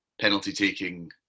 penalty-taking